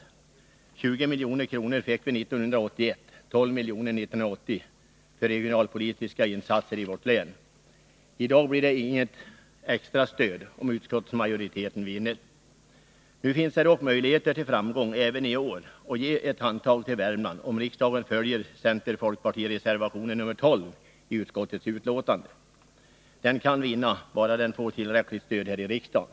Vi fick 20 milj.kr. 1981 och 12 milj.kr. 1980 för regionalpolitiska insatser i vårt län. I dag blir det inget extra stöd, om utskottsmajoriteten vinner. Nu finns det dock möjligheter även i år att ge ett handtag till Värmland, om riksdagen följer centeroch folkpartireservationen nr 12 i utskottets betänkande. Den vinner om den får tillräckligt stöd här i riksdagen.